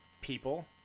people